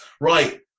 Right